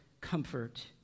comfort